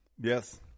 yes